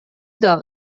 داغ